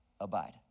abide